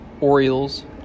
Orioles